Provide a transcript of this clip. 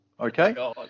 Okay